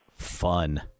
fun